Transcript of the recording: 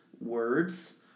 words